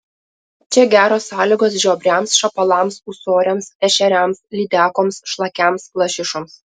čia geros sąlygos žiobriams šapalams ūsoriams ešeriams lydekoms šlakiams lašišoms